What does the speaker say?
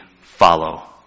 follow